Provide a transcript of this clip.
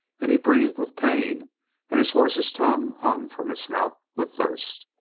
and he breathed with pain and his horse's tongue hung from its mouth with thirst.